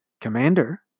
commander